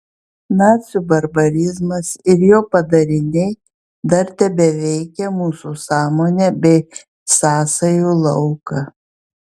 nacių barbarizmas ir jo padariniai dar tebeveikia mūsų sąmonę bei sąsajų lauką